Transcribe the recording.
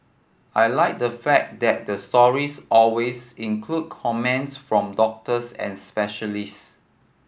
I like the fact that the stories always include comments from doctors and specialist